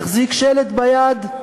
החזיק שלט ביד: